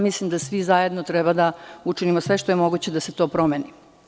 Mislim da svi zajedno treba da učinimo sve što je moguće da se to promeni.